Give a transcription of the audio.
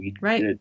Right